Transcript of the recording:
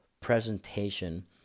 presentation